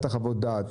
שנתת חוות דעת,